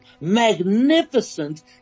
magnificent